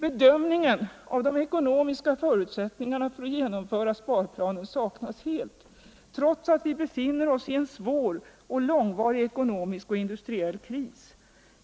Bedömningen av de ekonomiska förutsättningarna för ett genomförande av sparplanen saknas helt, trots att vi befinner oss i en svår och långvarig ekonomisk och industriell kris.